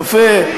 יפה.